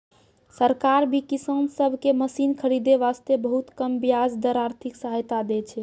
सरकार भी किसान सब कॅ मशीन खरीदै वास्तॅ बहुत कम ब्याज पर आर्थिक सहायता दै छै